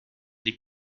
des